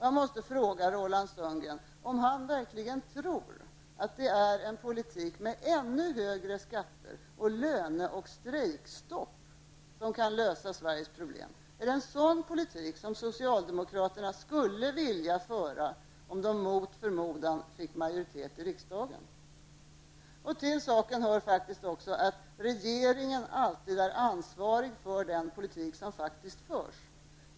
Jag måste fråga Roland Sundgren om han verkligen tror att det är en politik med ännu högre skatter och löne och strejkstopp som kan lösa Sveriges problem. Är det en sådan politik som socialdemokraterna skulle vilja föra om de mot förmodan fick majoritet i riksdagen? Till saken hör faktiskt också att regeringen alltid är ansvarig för den politik som faktiskt förs.